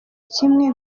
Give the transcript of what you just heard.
kimwe